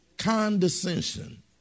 condescension